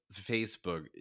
Facebook